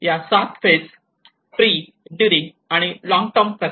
या 7 phase pre during आणि long term pre and then during and then a long term